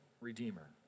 redeemer